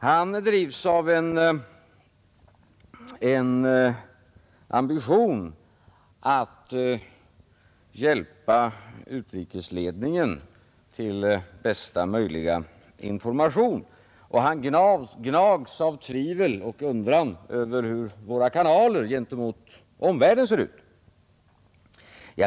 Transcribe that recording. Han drivs av en ambition att hjälpa utrikesledningen till bästa möjliga information, och han gnags av tvivel och undran över hur våra kanaler gentemot omvärlden ser ut.